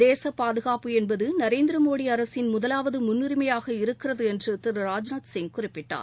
தேச பாதுகாப்பு என்பது நரேந்திரமோடி அரசின் முதலாவது முன்னுரிமையாக இருக்கிறது என்று திரு ராஜ்நாத்சிங் குறிப்பிட்டார்